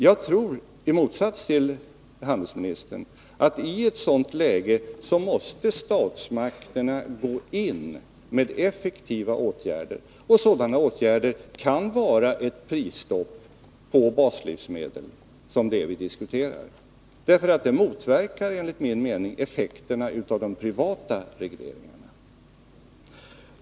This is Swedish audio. Jag tror, i motsats till handelsministern, att statsmakterna i ett sådant läge måste gå in med effektiva åtgärder, och åtgärden kan vara ett sådant prisstopp på baslivsmedlen som det vi nu diskuterar. Det motverkar enligt min mening effekterna av de privata regleringarna.